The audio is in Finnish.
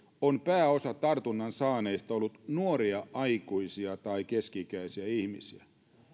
on pääosa tartunnan saaneista ollut nuoria aikuisia tai keski ikäisiä ihmisiä